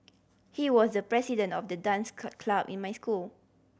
he was the president of the dance club in my school